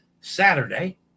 Saturday